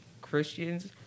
Christians